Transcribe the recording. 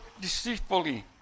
deceitfully